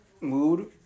mood